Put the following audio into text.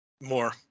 More